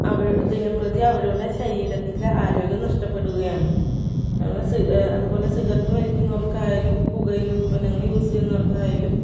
അവർ ദിനം പ്രതി അവരുടെ ശരീരത്തിലെ ആരോഗ്യം നഷ്ടപ്പെടുകയാണ് അല്ല സിഗ അതുപോലെ സിഗററ്റ് വലിക്കുന്നവർക്കായാലും പുകയില ഉത്പ്പന്നങ്ങൾ യൂസ് ചെയ്യുന്നവർക്കായാലും